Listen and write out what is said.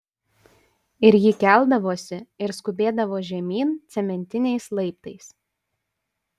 ir ji keldavosi ir skubėdavo žemyn cementiniais laiptais